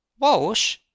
Walsh